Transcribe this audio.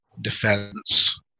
defense